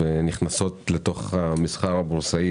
ונכנסות לתוך המסחר הבורסאי,